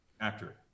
actor